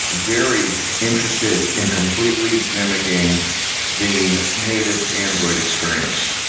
very interested in completely mimicking the native android experience,